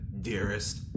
dearest